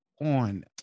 on